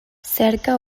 cerca